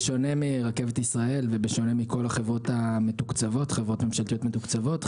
בשונה מרכבת ישראל ובשונה מכל חברות ממשלתיות המתוקצבות,